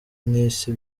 n’isi